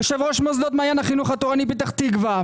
יושב-ראש מוסדות מעיין החינוך התורני פתח תקווה,